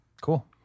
Cool